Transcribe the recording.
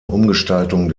umgestaltung